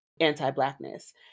anti-blackness